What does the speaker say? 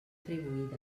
atribuïdes